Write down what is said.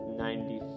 ninety